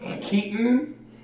Keaton